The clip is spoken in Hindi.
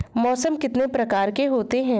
मौसम कितने प्रकार के होते हैं?